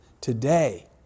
today